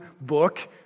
book